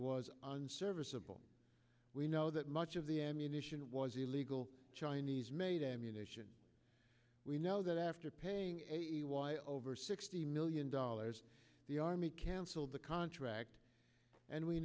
was unserviceable we know that much of the ammunition was illegal chinese made ammunition we know that after paying over sixty million dollars the army cancelled the contract and we